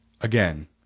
Again